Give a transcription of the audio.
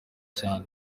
cyane